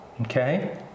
okay